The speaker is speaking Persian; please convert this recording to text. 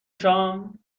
شام